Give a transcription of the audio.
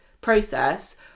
process